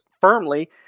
firmly